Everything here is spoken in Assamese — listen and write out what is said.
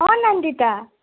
অঁ নন্দিতা